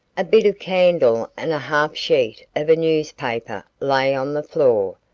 a bit of candle and half sheet of a newspaper lay on the floor.